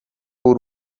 w’u